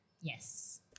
Yes